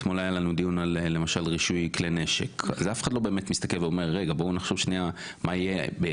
אתמול עשינו על חוק רן כהן, על דיירי